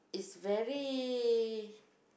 it's very